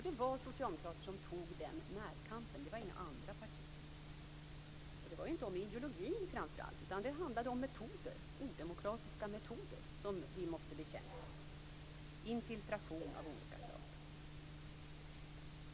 Det var socialdemokrater som tog den närkampen. Det var inga andra partier. Det gällde inte om ideologi utan om odemokratiska metoder och infiltration som skulle bekämpas.